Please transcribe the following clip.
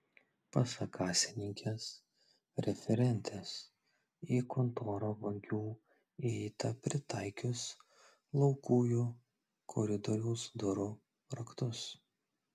pasak kasininkės referentės į kontorą vagių įeita pritaikius laukujų koridoriaus durų raktus